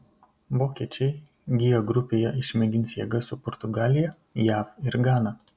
vokiečiai g grupėje išmėgins jėgas su portugalija jav ir gana